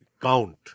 count